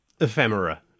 ephemera